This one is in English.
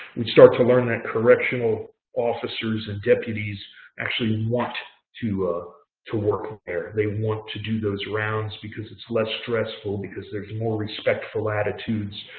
we start to learn that correctional officers and deputies actually want to to work there. they want to do those rounds because it's less stressful, because there is more respect for latitudes.